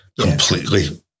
completely